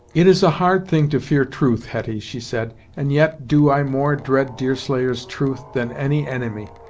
it is a hard thing to fear truth, hetty, she said, and yet do i more dread deerslayer's truth, than any enemy!